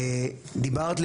דיברת על